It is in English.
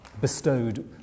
bestowed